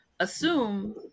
Assume